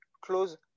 close